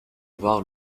voir